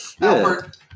Albert